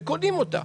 וקונים אותה.